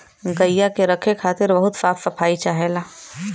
गइया के रखे खातिर बहुत साफ सफाई चाहेला